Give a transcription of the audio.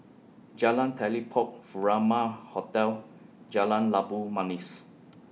Jalan Telipok Furama Hotel Jalan Labu Manis